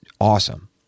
awesome